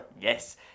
Yes